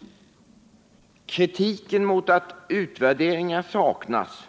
Man kritiserar att utvärderingar saknas